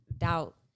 doubt